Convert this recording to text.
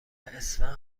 اسفند